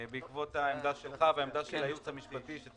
בעקבות העמדה שלך והעמדה של הייעוץ המשפטי של